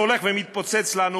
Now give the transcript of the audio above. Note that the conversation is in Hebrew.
שהולך ומתפוצץ לנו